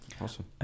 Awesome